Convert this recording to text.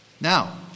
Now